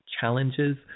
challenges